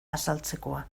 azaltzekoa